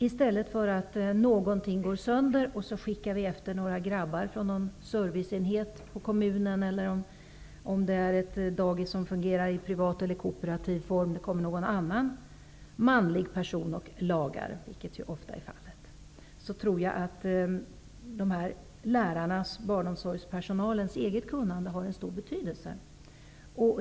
När någonting går sönder, skickar man i regel efter några grabbar från en serviceenhet på kommunen eller, om det är ett dagis som fungerar i privat eller kooperativ form, så kommer det någon annan manlig person och lagar. Jag tror att om man i stället kunde utnyttja barnomsorgspersonalens eget kunnande, skulle det ha stor betydelse.